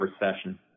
Recession